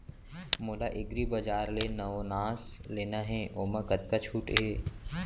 मोला एग्रीबजार ले नवनास लेना हे ओमा कतका छूट हे?